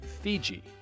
Fiji